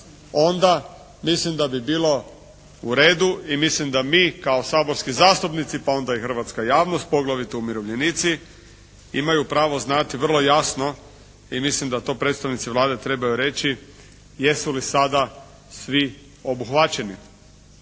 onda mislim da bi bilo u redu i mislim da mi kao saborski zastupnici pa onda i hrvatska javnost, poglavito umirovljenici imaju pravo znati vrlo jasno i mislim da to predstavnici Vlade trebaju reći, jesu li sada svi obuhvaćeni.